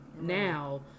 Now